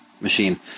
machine